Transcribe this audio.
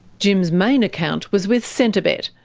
jim's main account was with centrebet,